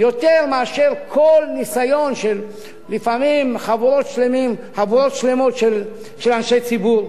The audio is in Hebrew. יותר מאשר כל ניסיון של לפעמים חבורות שלמות של אנשי ציבור.